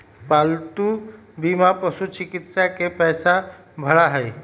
पालतू बीमा पशुचिकित्सा के पैसा भरा हई